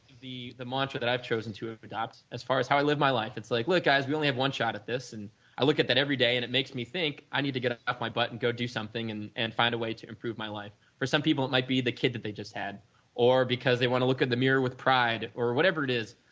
the the motto that i have chosen to ah adopt as far as i live my life, it's like look i really have one shot at this and i look at that every day and it makes me think. i need to get off my butt and go do something and and find a way to improve my life. for some people it might be the kid that they just had or because they want to look at the mirror with pride or whatever it is,